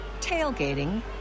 tailgating